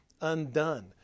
undone